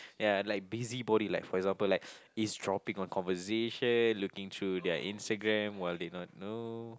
ya like busybody like for example like eavesdropping on conversation looking through their Instagram while they not know